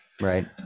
Right